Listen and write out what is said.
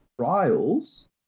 trials